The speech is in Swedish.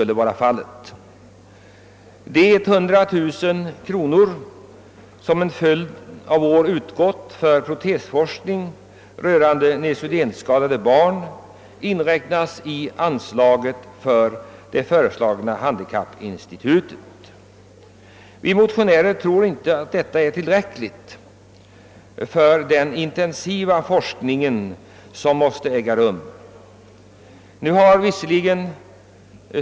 De 100 000 kronor, som en följd av år har utgått för protesforskning rörande neurosedynskadade barn, inräknas i anslaget till det föreslagna handikappinstitutet. Vi motionärer tror inte detta är tillräckligt för den intensiva forskning som måste bedrivas.